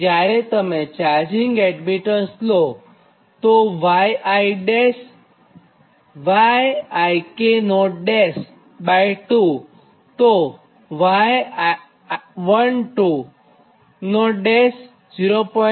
જ્યારે તમે charging admittance લોતો Yik2 તો y12'0